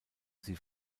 sie